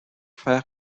faire